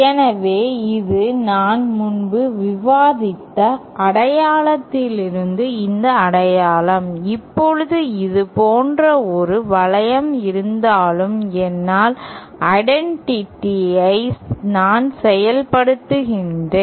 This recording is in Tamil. எனவே இது இது நான் முன்பு விவாதித்த அடையாளத்திலிருந்து இந்த அடையாளம் எப்போது இது போன்ற ஒரு வளையம் இருந்தாலும் என்னால் ஐடென்டிட்டிஐ நான் செயல்படுத்துகிறேன்